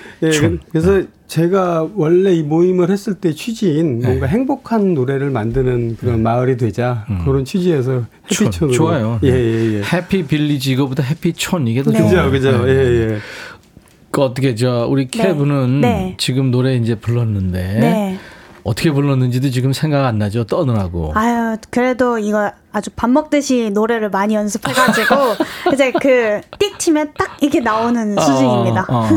예, 그- 촌, 그래서 네. 제가 원래 이 모임을 했을 때 취지인 뭔가 네. 행복한 노래를 만드는 그런 네. 마을이 되자, 음. 그런 취지에서 촌, 해피촌으로. 좋아요, 네. 예, 예, 예. 해피빌리지 이거보다 해피촌 이게 더 네. 그죠, 좋아요. 그죠. 네, 네, 네. 예, 예. 그 어떻게 저 우리 네. 케브는 네. 지금 노래 이제 불렀는데 네. 어떻게 불렀는지도 지금 생각 안 나죠? 떠느라고. 아유, 그래도 이거 아주 밥 먹듯이 노래를 많이 연습해가지고 이제 그 띡 치면 딱 이렇게 나오는 어, 수준입니다. 어, 어, 어.